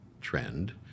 trend